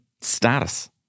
status